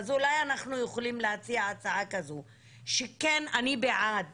אז אולי אנחנו יכולים להציע הצעה כזו שכן אני בעד